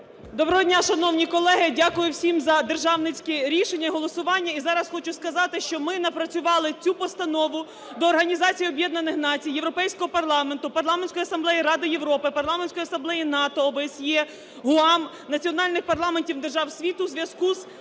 Доброго дня, шановні колеги. Дякую всім за державницькі рішення і голосування. І зараз хочу сказати, що ми напрацювали цю постанову до Організації Об'єднаних Націй, Європейського парламенту, парламентської асамблеї Ради Європи, Парламентської асамблеї НАТО, ОБСЄ, ГУАМ, національних парламентів держав світу у зв'язку з актом